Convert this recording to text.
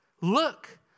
look